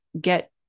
get